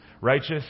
righteous